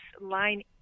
line